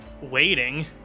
waiting